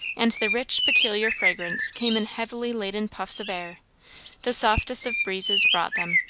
and the rich, peculiar fragrance came in heavily-laden puffs of air the softest of breezes brought them,